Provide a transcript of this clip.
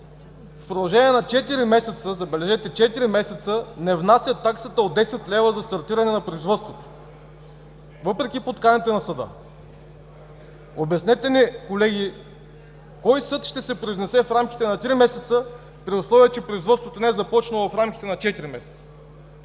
в продължение на четири месеца, забележете – четири месеца, не внасят таксата от 10 лв. за стартиране на производството, въпреки подканите на съда! Обяснете ни, колеги: кой съд ще се произнесе в рамките на три месеца, при условие че производството не е започнало в рамките на четири